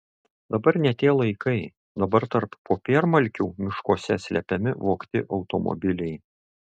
dabar ne tie laikai dabar tarp popiermalkių miškuose slepiami vogti automobiliai